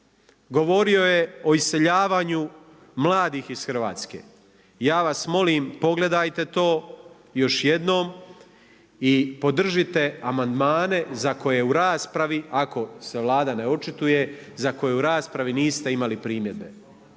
Govorio je o iseljavanju mladih iz Hrvatske. Ja vas molim pogledajte to još jednom i podržite amandmane za koje u raspravi ako se Vlada ne očituje, za koje u raspravi niste imali primjedbe.